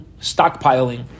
stockpiling